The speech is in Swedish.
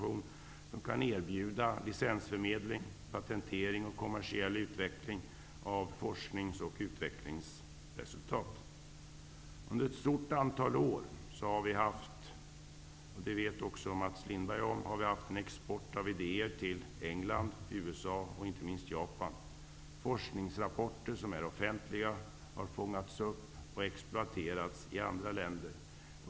Den skall kunna erbjuda licensförmedling, patentering och kommersiell utveckling av forsknings och utvecklingsresultat. Under ett stort antal år har vi haft en export av idéer till England, USA och inte minst Japan. Det vet också Mats Lindberg. Forskningrapporter som är offentliga har fångats upp och exploaterats i andra länder.